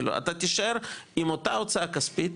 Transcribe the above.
כאילו אתה תישאר עם אותה הוצאה כספית,